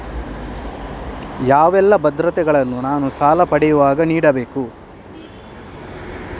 ಯಾವೆಲ್ಲ ಭದ್ರತೆಗಳನ್ನು ನಾನು ಸಾಲ ಪಡೆಯುವಾಗ ನೀಡಬೇಕು?